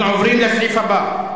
אנחנו עוברים לסעיף הבא,